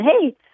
hey